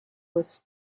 was